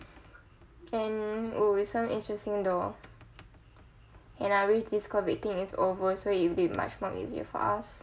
and oh it sounds interesting though and I wish this COVID thing is over so it'll be much more easier for us